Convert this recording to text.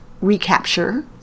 recapture